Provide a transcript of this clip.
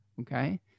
okay